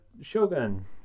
shogun